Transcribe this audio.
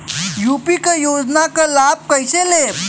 UP क योजना क लाभ कइसे लेब?